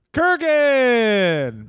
kurgan